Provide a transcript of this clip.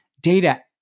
data